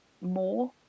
more